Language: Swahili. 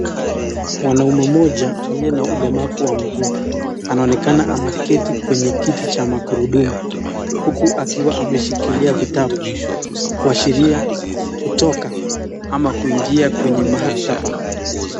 Mwanaume mmoja aliye na ulemavu wa miguu ameketi kwenye kiti cha magurudumu huku akiwa ameshikilia vitabu kuashiria kutoka ama kuingia kwenye maktaba.